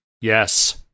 Yes